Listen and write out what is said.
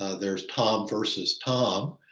ah there's thom versus tom,